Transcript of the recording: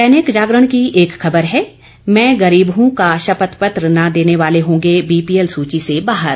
दैनिक जागरण की एक खबर है मैं गरीब हूं का शपथपत्र न देने वाले होंगे बीपीएल सूची से बाहर